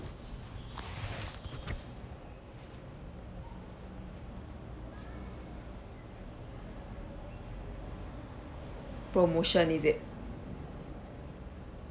promotion is it